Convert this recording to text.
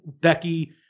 Becky